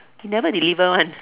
he never deliver one